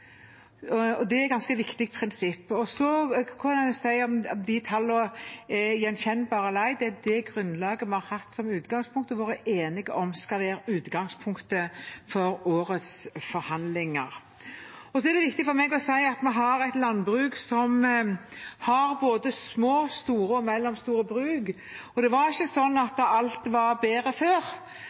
og det er et ganske viktig prinsipp. Så kan en spørre om de tallene er gjenkjennbare eller ei. Det er det grunnlaget vi har hatt som utgangspunkt og vært enige om skal være utgangspunktet for årets forhandlinger. Så er det viktig for meg å si at vi har et landbruk som har både små, store og mellomstore bruk. Det er ikke sånn at alt var bedre før,